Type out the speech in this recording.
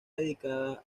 dedicada